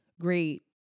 great